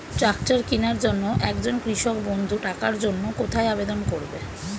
Tractor কিনার জন্য একজন কৃষক বন্ধু টাকার জন্য কোথায় আবেদন করবে?